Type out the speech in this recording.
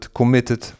committed